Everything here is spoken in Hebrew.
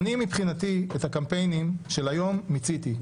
מבחינתי את הקמפיינים של היום מיציתי.